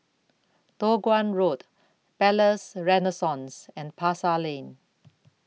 Toh Guan Road Palais Renaissance and Pasar Lane